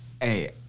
Hey